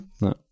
No